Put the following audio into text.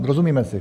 Rozumíme si?